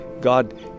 God